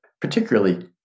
particularly